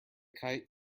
kite